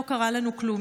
לא קרה לנו כלום,